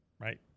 Right